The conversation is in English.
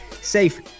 Safe